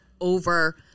over